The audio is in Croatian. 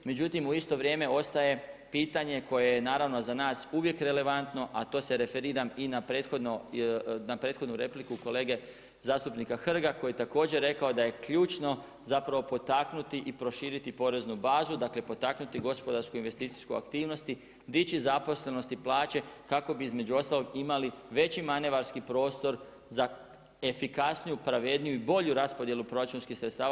Međutim u isto vrijeme ostaje pitanje koje je naravno za nas uvijek relevantno a to se referiram i na prethodnu repliku kolege zastupnika Hrga koji je također rekao da je ključno zapravo potaknuti i proširiti poreznu bazu, dakle potaknuti gospodarsku investicijsku aktivnost, dići zaposlenost i plaće kako bi između ostalog imali veći manevarski prostor za efikasniju, pravedniju i bolju raspodjelu proračunskih sredstava.